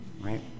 right